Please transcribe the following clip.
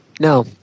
No